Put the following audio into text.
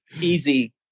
easy